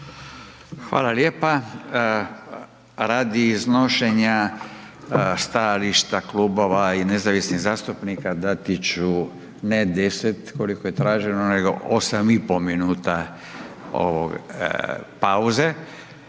Hvala lijepa. Radi iznošenja stajališta klubova i nezavisnih zastupnika, dati ću ne 10 koliko je traženo nego 8,5 minuta pauze